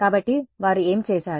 కాబట్టి వారు ఏమి చేసారు